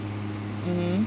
mmhmm